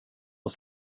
och